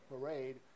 parade